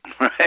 Right